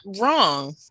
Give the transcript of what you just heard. wrong